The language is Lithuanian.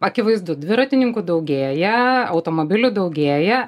akivaizdu dviratininkų daugėja automobilių daugėja